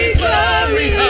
glory